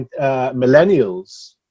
millennials